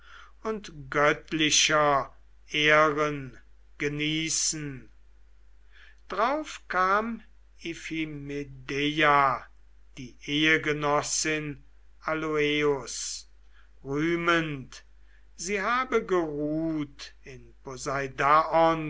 und göttlicher ehre genießen drauf kam iphimedeia die ehegenossin aloeus rühmend sie habe geruht in